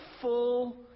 full